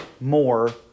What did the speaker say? more